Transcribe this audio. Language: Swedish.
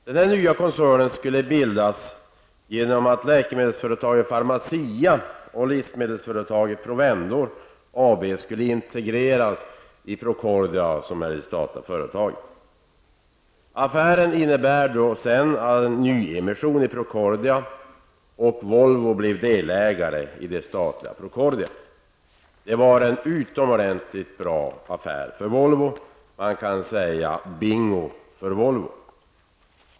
Den nya koncernen skulle bildas genom att läkemedelsföretaget Pharmacia och livsmedelsföretaget Provendor AB skulle integreras med det statliga företaget Procordia. Volvo blev delägare. Det var en utomordentligt bra affär för Volvo. Man kan säga bingo för Volvo.